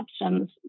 options